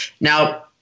Now